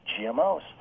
GMOs